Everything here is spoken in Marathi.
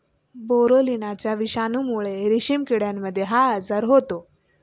बोरोलिनाच्या विषाणूमुळे रेशीम किड्यांमध्ये हा आजार होतो